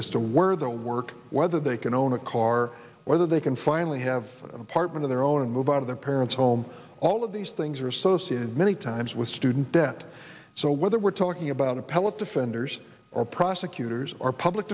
as to where their work whether they can own a car whether they can finally have an apartment of their own and move out of their parents home all of these things are associated many times with student debt so whether we're talking about appellate defenders or prosecutors or public